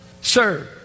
Sir